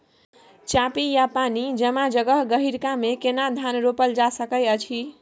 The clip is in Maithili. चापि या पानी जमा जगह, गहिरका मे केना धान रोपल जा सकै अछि?